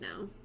now